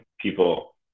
people